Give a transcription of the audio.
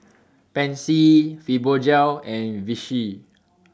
Pansy Fibogel and Vichy